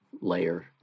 layer